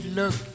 look